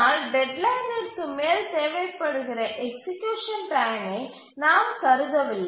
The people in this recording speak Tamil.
ஆனால் டெட்லைனிற்கு மேல் தேவைப்படுகிற எக்சீக்யூசன் டைமை நாம் கருதவில்லை